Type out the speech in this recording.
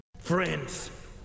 Friends